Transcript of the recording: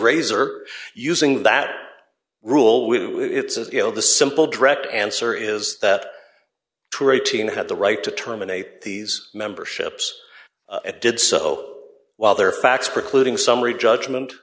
razor using that rule we it's as you know the simple direct answer is that true eighteen had the right to terminate these memberships at did so while there are facts precluding summary judgment